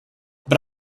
but